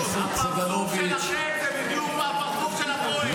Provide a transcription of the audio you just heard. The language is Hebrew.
הפרצוף שלכם זה בדיוק כמו הפרצוף של הפועל,